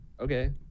okay